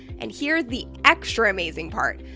and here's the extra amazing part,